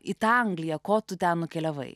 į tą angliją ko tu ten nukeliavai